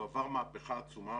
הוא עבר מהפכה עצומה,